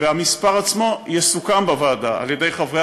והמספר עצמו יסוכם בוועדה על-ידי חברי